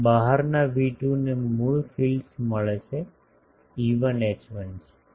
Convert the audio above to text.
અને બહારના V2 ને મૂળ ફીલ્ડ્સ મળે છે E1 H1 છે